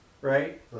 Right